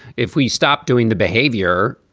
if we stop doing the behavior,